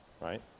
right